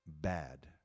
bad